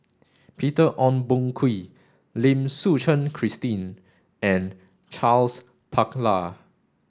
Peter Ong Boon Kwee Lim Suchen Christine and Charles Paglar